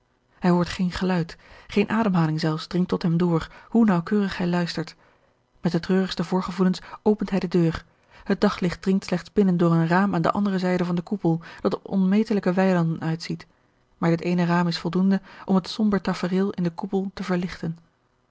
hij hoort geen geluid geene ademhaling zelfs dringt tot hem door hoe naauwkeurig hij luistert met de treurigste voorgevoelens opent hij de deur het daglicht dringt slechts binnen door een raam aan de andere zijde van den koepel dat op onmetelijke weilanden uitziet maar dit eene raam is voldoende om het somber tafereel in den koepel te verlichten